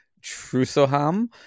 Trusoham